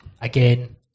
Again